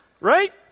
Right